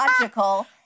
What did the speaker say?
logical